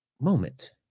moment